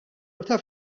taf